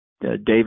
David